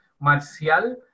Marcial